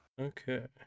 Okay